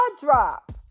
drop